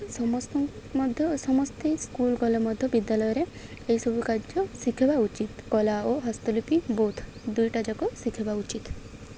ସମସ୍ତ ମଧ୍ୟ ସମସ୍ତେ ସ୍କୁଲ୍ ଗଲେ ମଧ୍ୟ ବିଦ୍ୟାଳୟରେ ଏଇସବୁ କାର୍ଯ୍ୟ ଶିଖବା ଉଚିତ୍ କଳା ଓ ହସ୍ତଲିପି ବୋଥ୍ ଦୁଇଟା ଯାକ ଶିଖବା ଉଚିତ